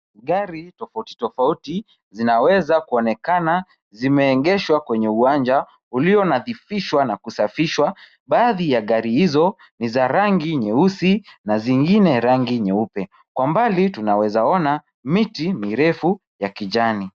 Gari tofauti tofauti zinaweza kuonekana zimeegeshwa kwenye uwanja ulio na vifisho na kusafishwa, baadhi ya gari hizo ni za rangi nyeusi na zingine rangi nyeupe. Kwa mbali tunawezaona miti mirefu ya kijani.